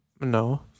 No